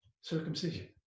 circumcision